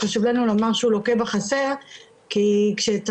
חשוב לנו לומר שהוא לוקה בחסר כי כשצריך